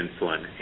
insulin